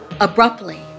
Abruptly